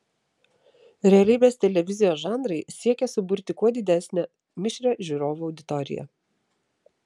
realybės televizijos žanrai siekia suburti kuo didesnę mišrią žiūrovų auditoriją